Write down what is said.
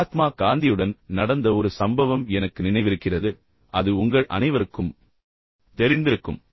மகாத்மா காந்தியுடன் நடந்த ஒரு சம்பவம் எனக்கு நினைவிருக்கிறது அது உங்கள் அனைவருக்கும் தெரிந்திருக்கும்